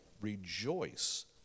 rejoice